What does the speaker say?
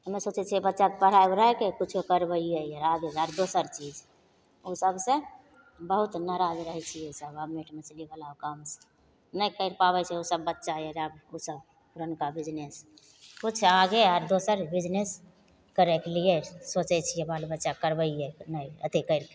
हमे सोचै छिए बच्चाके पढ़ाइ उढ़ाइके किछु करबैए आओर दोसर चीज ओसबसे बहुत नाराज रहै छिए आब मीट मछलीवला ओ कामसे नहि करि पाबै छै ओसब बच्चा हइ ओसब पुरनका बिजनेस किछु आगे आओर दोसर बिजनेस करैके लिए सोचै छिए बाल बच्चाके करबैए नहि अथी करिके